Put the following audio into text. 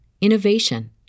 innovation